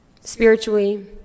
spiritually